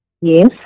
Yes